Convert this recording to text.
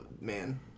man